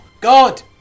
God